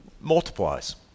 multiplies